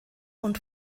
und